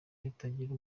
ritagira